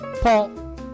Paul